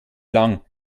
lang